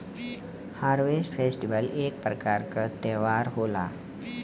harvest festival एक प्रकार क त्यौहार होला